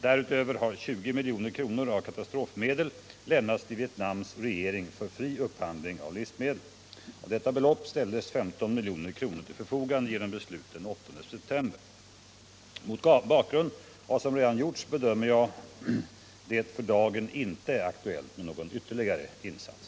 Därutöver har 20 milj.kr. av katastrofmedel lämnats till Vietnams regering för fri upphandling av livsmedel. Av detta belopp ställdes 15 milj.kr. till förfogande genom beslut den 8 september. Mot bakgrund av vad som redan gjorts bedömer jag det för dagen inte aktuellt med någon ytterligare insats.